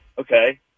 Okay